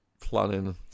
planning